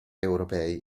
europei